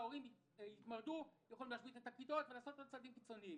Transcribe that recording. ההורים יתמרדו ויכולים להשבית את הכיתות וליצור מצבים קיצוניים.